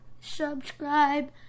Subscribe